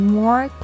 more